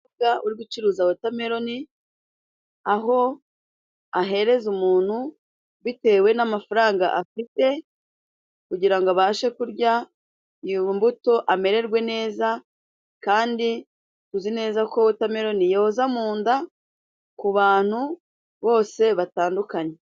Umukobwa uri gucuruza wotameloni ,aho ahereza umuntu bitewe n'amafaranga afite kugira ngo abashe kurya iyo mbuto amererwe neza, kandi tuzi nezako wotameloni yoza mu nda ku bantu bose batandukanye.